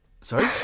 Sorry